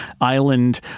island